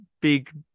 big